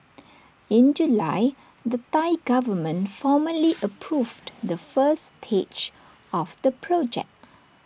in July the Thai Government formally approved the first stage of the project